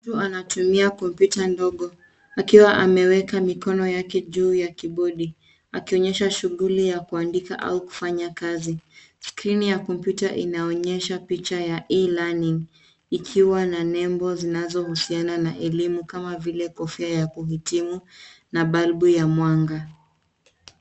Mtu anatumia kompyuta ndogo akiwa ameweka mikono yake juu ya kibodi akionyesha shuguli ya kuandika au kufanya kazi. Skrini ya kompyuta inaonyesha picha ya e-learning ikiwa na nembo zinazohusiana na elimu kama vile kofia ya kuhitimu na balbu ya mwanga.